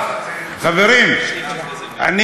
חברים, אני